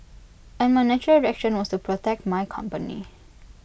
and my natural reaction was to protect my company